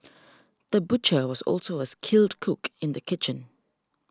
the butcher was also a skilled cook in the kitchen